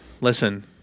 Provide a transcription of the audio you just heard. Listen